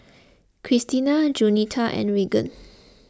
Christena Jaunita and Regan